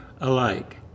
alike